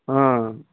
ఆ